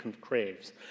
craves